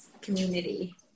community